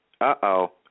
uh-oh